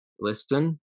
listen